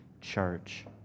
church